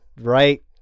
right